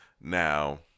Now